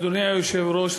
אדוני היושב-ראש,